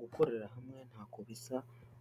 Gukorera hamwe ntako bisa.